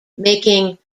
making